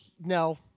no